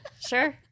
Sure